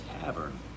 tavern